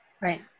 Right